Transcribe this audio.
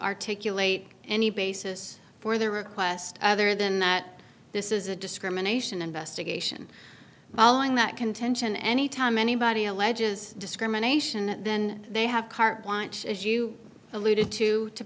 articulate any basis for their request other than that this is a discrimination investigation following that contention any time anybody alleges discrimination then they have carte blanche as you alluded to